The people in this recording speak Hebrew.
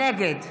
נגד